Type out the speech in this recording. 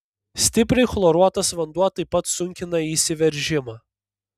stipriai chloruotas vanduo taip pat sunkina įsiveržimą